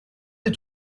des